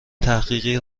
تحقیقی